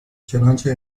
چنانچه